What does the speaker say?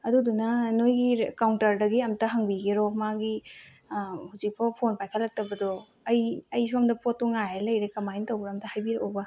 ꯑꯗꯨꯗꯨꯅ ꯅꯣꯏꯒꯤ ꯀꯥꯎꯟꯇꯔꯗꯒꯤ ꯑꯃꯨꯛꯇ ꯍꯪꯕꯤꯒꯦꯔꯣ ꯃꯥꯒꯤ ꯍꯧꯖꯤꯛ ꯐꯥꯎ ꯐꯣꯟ ꯄꯥꯏꯈꯠꯂꯛꯇꯕꯗꯣ ꯑꯩ ꯑꯩ ꯁꯣꯝꯗ ꯄꯣꯠꯇꯨ ꯉꯥꯏꯔ ꯂꯩꯔꯦ ꯀꯃꯥꯏꯅ ꯇꯧꯕ꯭ꯔ ꯑꯝꯇ ꯍꯥꯏꯕꯤꯔꯛꯎꯕ